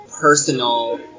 personal